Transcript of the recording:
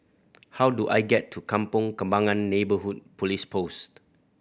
how do I get to Kampong Kembangan Neighbourhood Police Post